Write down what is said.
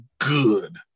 good